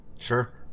Sure